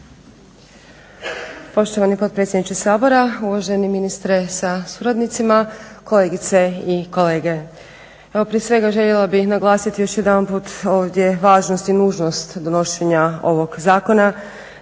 Poštovani potpredsjedniče Sabora, uvaženi ministre sa suradnicima, kolegice i kolege. Evo prije svega željela bih naglasiti još jedanput ovdje važnost i nužnost donošenja ovoga zakona.